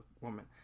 woman